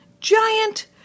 giant